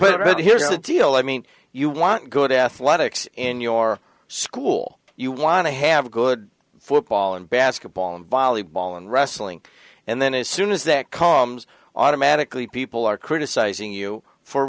but here's the deal i mean you want good athletics in your school you want to have a good football and basketball and volleyball and wrestling and then as soon as that calms automatically people are criticizing you for